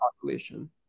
population